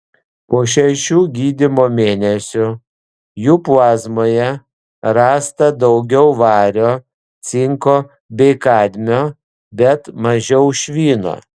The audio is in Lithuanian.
po šešių gydymo mėnesių jų plazmoje rasta daugiau vario cinko bei kadmio bet mažiau švino